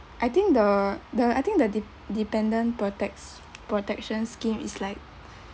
I think the the I think the de~ dependent protects protection scheme is like